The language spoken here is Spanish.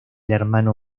hermano